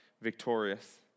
victorious